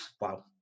wow